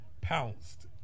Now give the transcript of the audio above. pounced